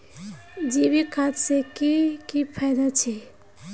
जैविक खाद से की की फायदा छे?